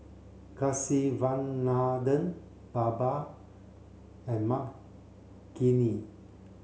Kasiviswanathan Baba and Makineni